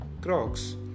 Crocs